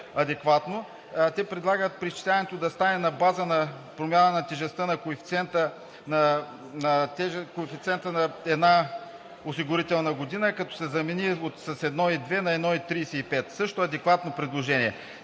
Те предлагат преизчисляването да стане на базата на промяна на тежестта на коефициента на една осигурителна година, като се замени от 1,2 на 1,35 – също адекватно предложение.